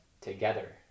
together